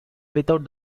without